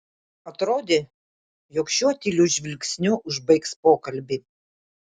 atrodė jog šiuo tyliu žvilgsniu užbaigs pokalbį